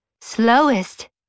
slowest